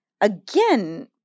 again